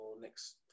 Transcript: next